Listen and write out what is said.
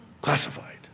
classified